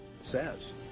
says